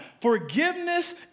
Forgiveness